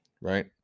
right